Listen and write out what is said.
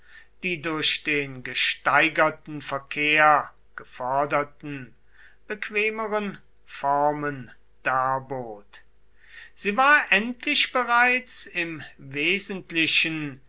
die durch den gesteigerten verkehr geforderten bequemeren formen darbot sie war endlich bereits im wesentlichen